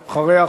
אחריה,